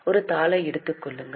ஒரு தாளை எடுத்துக் கொள்ளுங்கள்